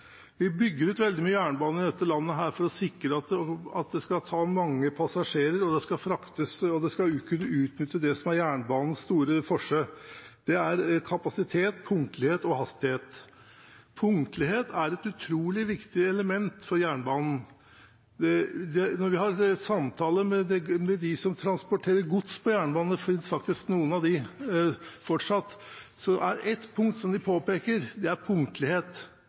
Vi bygger ut veldig mye jernbane i dette landet for å sikre at den tar mange passasjerer og utnytter det som er jernbanens store forse: kapasitet, punktlighet og hastighet. Punktlighet er et utrolig viktig element for jernbanen. Når vi har samtale med dem som transporterer gods på jernbane – det fins faktisk noen av dem fortsatt – er det én ting de påpeker, og det er punktlighet,